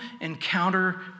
encounter